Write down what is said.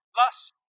lust